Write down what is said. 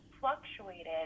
fluctuated